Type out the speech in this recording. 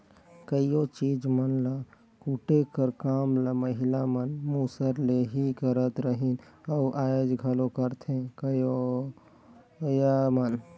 कइयो चीज मन ल कूटे कर काम ल महिला मन मूसर ले ही करत रहिन अउ आएज घलो करथे करोइया मन